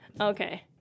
Okay